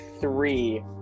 three